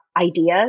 ideas